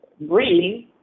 breathe